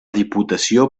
diputació